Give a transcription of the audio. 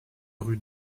rue